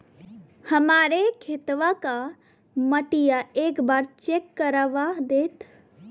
हमरे खेतवा क मटीया एक बार चेक करवा देत?